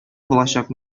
булачак